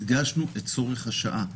הדגשנו את צורך השעה.